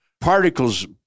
particles